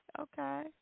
okay